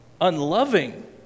unloving